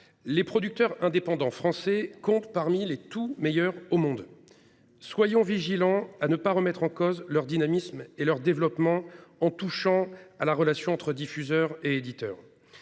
Les producteurs indépendants français comptent parmi les tout meilleurs au monde. Veillons à ne pas remettre en cause leur dynamisme et leur développement en touchant à la relation entre diffuseurs et éditeurs.